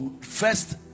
first